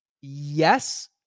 Yes